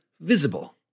Visible